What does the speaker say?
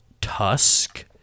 Tusk